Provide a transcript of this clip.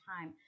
time